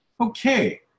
Okay